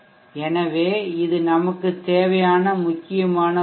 எனவே இது நமக்குத் தேவையான ஒரு முக்கியமான உறவு